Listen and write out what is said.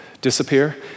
Disappear